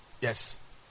Yes